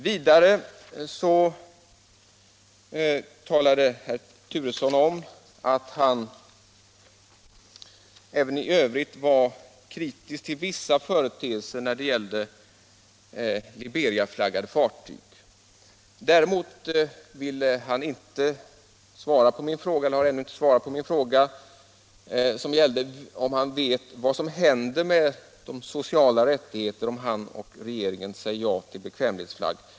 Vidare talade herr Turesson om att han även i övrigt var kritisk till vissa företeelser när det gällde Liberiaflaggade fartyg. Däremot har han ännu inte svarat på min fråga om han vet vad som händer med de sociala rättigheterna ifall han och regeringen säger ja till bekvämlighetsflagg.